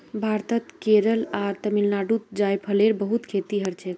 भारतत केरल आर तमिलनाडुत जायफलेर बहुत खेती हछेक